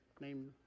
named